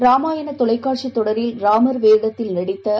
ராமாயண் தொலைக்காட்சித் தொடரில் ராமர் வேடத்தில் நடித்ததிரு